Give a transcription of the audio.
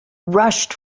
rushed